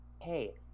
hey